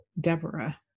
Deborah